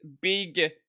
big